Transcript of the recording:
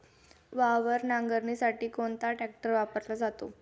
वावर नांगरणीसाठी कोणता ट्रॅक्टर वापरला जातो?